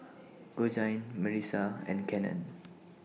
Georgine Marisa and Cannon